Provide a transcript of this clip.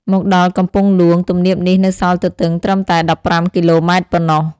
មកដល់កំពង់ហ្លួង ទំនាបនេះនៅសល់ទទឹងត្រឹមតែ ១៥ គីឡូម៉ែត្រប៉ុណ្ណោះ។